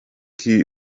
key